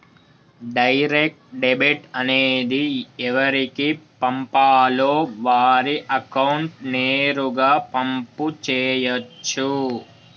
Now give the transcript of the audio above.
direct debit అనేది ఎవరికి పంపాలో వారి అకౌంట్ నేరుగా పంపు చేయచ్చు